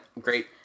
great